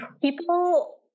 people